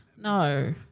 No